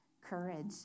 courage